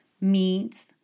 meats